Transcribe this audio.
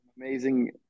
amazing